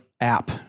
app